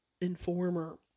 informer